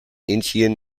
incheon